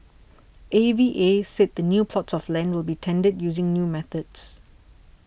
A V A said the new plots of land will be tendered using new methods